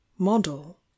model